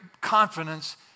confidence